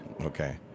Okay